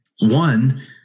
One